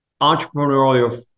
entrepreneurial